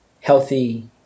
healthy